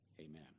Amen